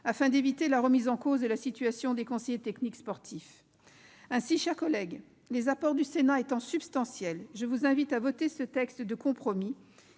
afin d'éviter la remise en cause de la situation des conseillers techniques sportifs. Ainsi, mes chers collègues, les apports du Sénat étant substantiels, je vous invite à voter ce texte de compromis.